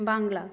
Bangla